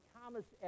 Thomas